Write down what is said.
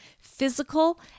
physical